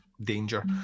danger